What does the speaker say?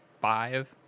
five